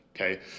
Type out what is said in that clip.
okay